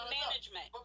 management